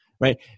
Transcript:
right